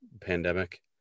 pandemic